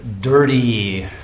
dirty